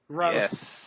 Yes